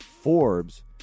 FORBES